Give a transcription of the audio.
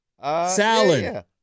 Salad